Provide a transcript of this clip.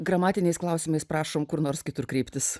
gramatiniais klausimais prašom kur nors kitur kreiptis